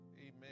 Amen